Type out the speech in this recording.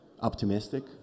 optimistic